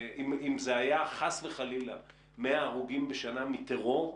היה חס וחלילה 100 הרוגים בשנה מטרור,